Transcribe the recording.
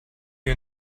wir